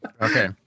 Okay